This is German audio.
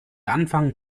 anfangen